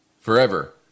forever